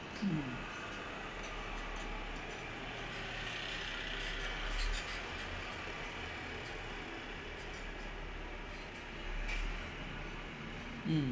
mm mm